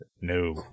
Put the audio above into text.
no